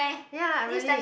ya I really